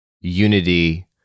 unity